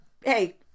hey